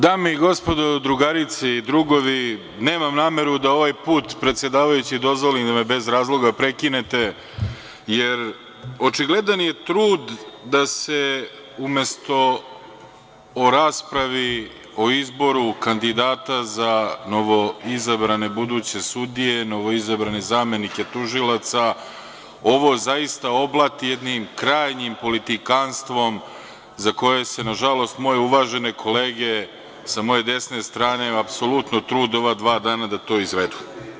Dame i gospodo, drugarice i drugovi, nemam nameru da ovaj put, predsedavajući, dozvolim da me bez razloga prekinete jer očigledan je trud da se, umesto o raspravi o izboru kandidata za novoizabrane buduće sudije, novoizabrane zamenike tužilaca, ovo zaista oblati jednim krajnjim politikanstvom, za koje se, nažalost, moje uvažene kolege sa moje desne strane apsolutno trude ova dva dana da to izvedu.